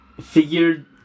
figured